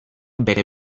bere